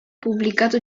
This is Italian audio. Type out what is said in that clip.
pubblicato